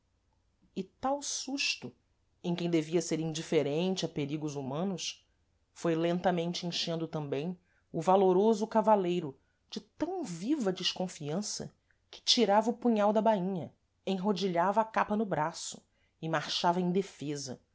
e tal susto em quem devia ser indiferente a perigos humanos foi lentamente enchendo tambêm o valoroso cavaleiro de tam viva desconfiança que tirava o punhal da baínha enrodilhava a capa no braço e marchava em defesa